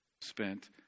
spent